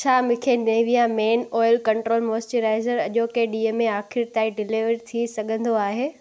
छा मूंखे Nivea men oil control moisturiser अॼोके ॾींहं में आखिर ताईं डिलीवर थी सघंदो आहे